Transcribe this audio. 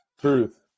Truth